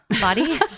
Body